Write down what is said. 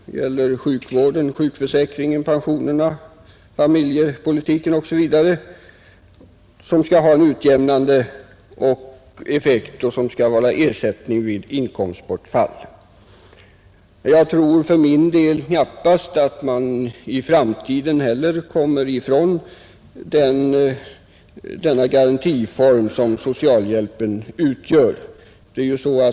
Det gäller sjukvården, sjukförsäkringen, pensionerna, familjepolitiken osv., som skall ha en utjämnande effekt och ge ersättning vid inkomstbortfall. Jag tror för min del knappast att man i framtiden heller kommer ifrån den garantiform som socialhjälpen utgör.